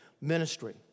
ministry